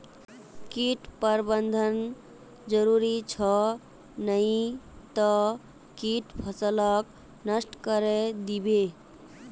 कीट प्रबंधन जरूरी छ नई त कीट फसलक नष्ट करे दीबे